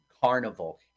carnival